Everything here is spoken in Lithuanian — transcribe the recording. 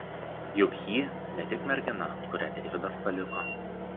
juk ji ne tik mergina kurią deividas paliko